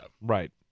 Right